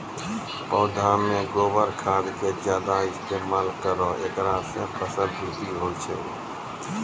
पौधा मे गोबर खाद के ज्यादा इस्तेमाल करौ ऐकरा से फसल बृद्धि होय छै?